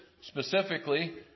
specifically